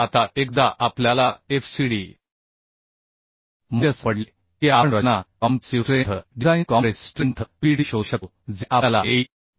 मूल्य आता एकदा आपल्याला FCD मूल्य सापडले की आपण रचना compressive strength design compressive strength PDE शोधू शकतो जे आपल्याला AE